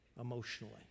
emotionally